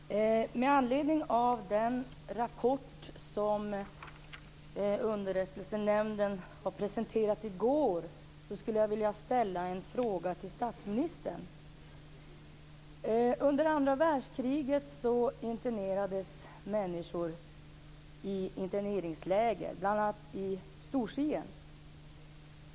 Herr talman! Med anledning av den rapport som Underrättelsenämnden presenterade i går skulle jag vilja ställa en fråga till statsministern. Under andra världskriget internerades människor i interneringsläger, bl.a. i Storsien.